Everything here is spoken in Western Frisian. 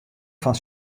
fan